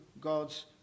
God's